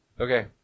Okay